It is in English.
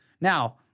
Now